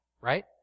right